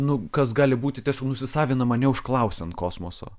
nu kas gali būti tiesio nusisavinama neužklausiant kosmoso